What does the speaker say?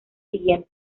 siguiente